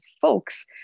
folks